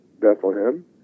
Bethlehem